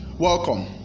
Welcome